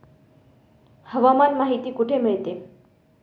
हवामान माहिती कुठे मिळते?